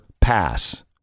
pass